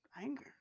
anger